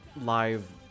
live